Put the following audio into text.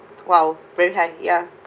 !wow! very ya